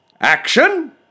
Action